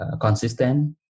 consistent